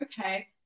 okay